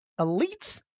elites